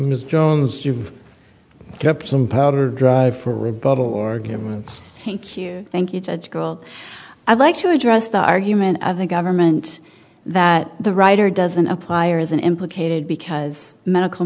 ms jones you've kept some powder dry for rebuttal or you thank you thank you judge girl i'd like to address the argument of the government that the writer doesn't apply or isn't implicated because medical